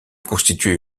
constituait